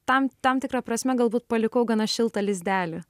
tam tam tikra prasme galbūt palikau gana šiltą lizdelį